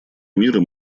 мира